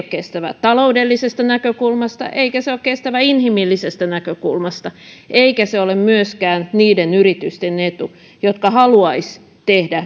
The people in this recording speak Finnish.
kestävä taloudellisesta näkökulmasta eikä se ole kestävä inhimillisestä näkökulmasta eikä se ole myöskään niiden yritysten etu jotka haluaisivat tehdä